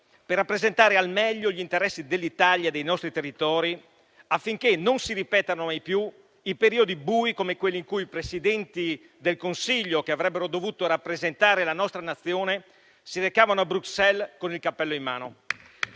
per rappresentare al meglio gli interessi dell'Italia, dei nostri territori, affinché non si ripetano mai più periodi bui come quelli in cui Presidenti del Consiglio, che avrebbero dovuto rappresentare la nostra Nazione, si recavano a Bruxelles con il cappello in mano.